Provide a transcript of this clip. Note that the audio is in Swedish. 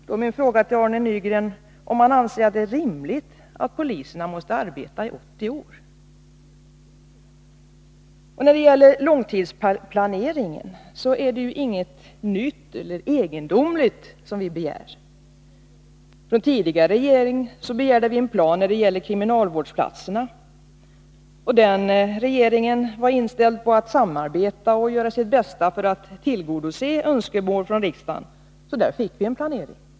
Då är min fråga till Arne Nygren om han anser att det är rimligt att poliserna måste arbeta i 80 år. Beträffande långtidsplaneringen är det ju inget nytt eller egendomligt som vi begär. Av tidigare regering begärde vi en plan när det gällde kriminalvårdsplatserna. Den regeringen var inställd på att samarbeta och göra sitt bästa för att tillgodose önskemål från riksdagen, så vi fick en planering.